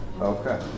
Okay